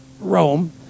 Rome